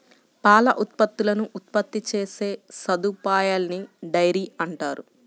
పాల ఉత్పత్తులను ఉత్పత్తి చేసే సదుపాయాన్నిడైరీ అంటారు